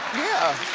yeah.